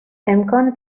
امکان